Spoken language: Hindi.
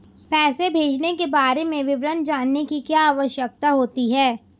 पैसे भेजने के बारे में विवरण जानने की क्या आवश्यकता होती है?